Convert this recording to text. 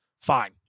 Fine